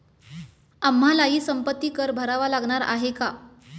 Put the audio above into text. आम्हालाही संपत्ती कर भरावा लागणार आहे का?